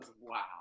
Wow